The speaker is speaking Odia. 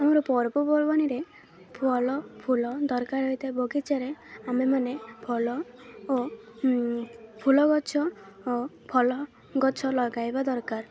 ଆମର ପର୍ବପର୍ବାଣିରେ ଫଳ ଫୁଲ ଦରକାର ହୋଇଇଥାଏ ବଗିଚାରେ ଆମେମାନେ ଫଳ ଓ ଫୁଲ ଗଛ ଓ ଫଳ ଗଛ ଲଗାଇବା ଦରକାର